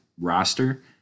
roster